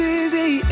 easy